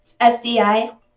SDI